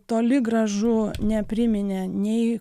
toli gražu nepriminė nei